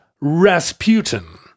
Rasputin